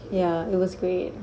ya it was great